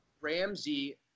Ramsey